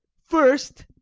first,